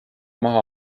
maha